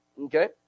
okay